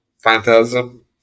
phantasm